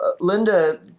Linda